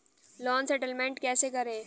Loan settlement कैसे करें?